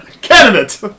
Candidate